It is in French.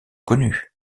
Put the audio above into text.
connues